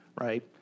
right